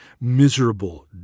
miserable